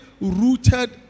rooted